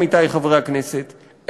עמיתי חברי הכנסת,